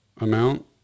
amount